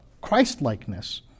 Christ-likeness